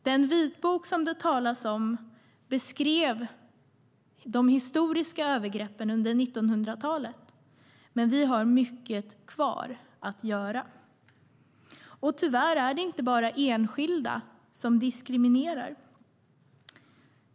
Den vitbok som det talas om beskrev de historiska övergreppen under 1900-talet. Men vi har mycket kvar att göra. Tyvärr är det inte bara enskilda som diskriminerar.